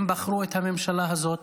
הם בחרו את הממשלה הזאת